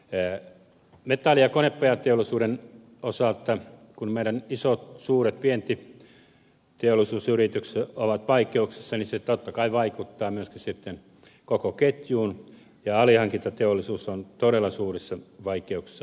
metalli ja konepajateollisuuden osalta kun meidän isot suuret vientiteollisuusyrityksemme ovat vaikeuksissa niin se totta kai se vaikuttaa myöskin sitten koko ketjuun ja alihankintateollisuus on todella suurissa vaikeuksissa